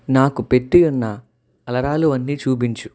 నాకు పెట్టి యున్న అలరాలు అన్నీ చూపించు